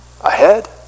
ahead